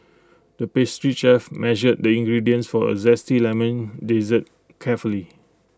the pastry chef measured the ingredients for A Zesty Lemon Dessert carefully